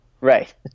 Right